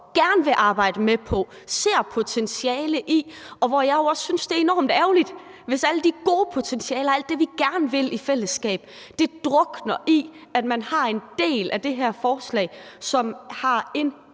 gerne vil arbejde sammen om og ser potentiale i. Jeg synes jo også, det er enormt ærgerligt, hvis alt det gode potentiale, alt det, vi gerne vil i fællesskab, drukner i, at der ved en del af det her forslag er en